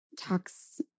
talks